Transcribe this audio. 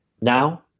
Now